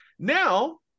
now